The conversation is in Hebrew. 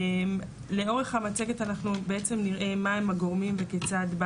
לאורך המצגת אנחנו בעצם נראה מה הם הגורמים וכיצד בא